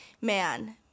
man